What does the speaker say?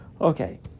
Okay